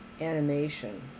animation